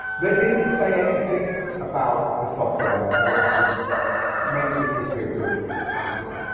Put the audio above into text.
they didn't say anything about the software that would make people feel good frankly.